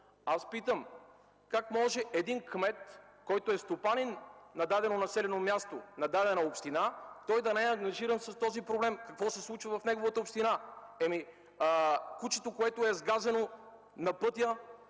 Питам: как може един кмет, който е стопанин на дадено населено място, на дадена община, да не е ангажиран с този проблем, с това какво се случва в неговата община? Примерно за кучето, което е сгазено на пътя